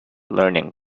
learning